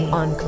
on